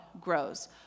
grows